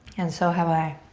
and so have i.